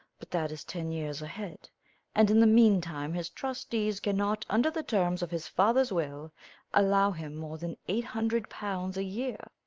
but that is ten years ahead and in the meantime his trustees cannot under the terms of his father's will allow him more than eight hundred pounds a year.